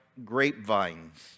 Grapevines